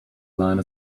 line